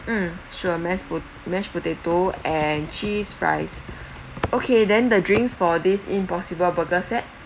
mm sure mashed po~ mashed potato and cheese fries okay then the drinks for this impossible burger set